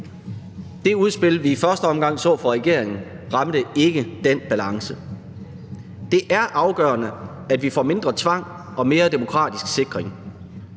Det udspil, vi i første omgang så fra regeringen, ramte ikke den balance. Det er afgørende, at vi får mindre tvang og mere demokratisk sikring.